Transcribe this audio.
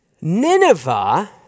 Nineveh